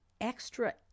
extra